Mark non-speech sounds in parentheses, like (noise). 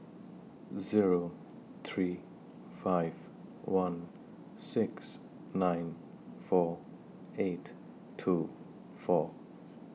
(noise) Zero three five one six nine four eight two four